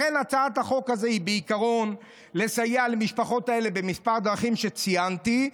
לכן הצעת החוק הזאת היא בעיקרון לסייע למשפחות האלה בכמה דרכים שציינתי,